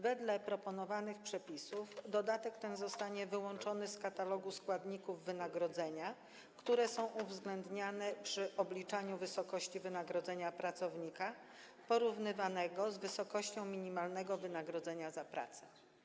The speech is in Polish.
Wedle proponowanych przepisów dodatek ten zostanie wyłączony z katalogu składników wynagrodzenia, które są uwzględniane przy obliczaniu wysokości wynagrodzenia pracownika porównywanego z wysokością minimalnego wynagrodzenia za pracę.